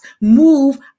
move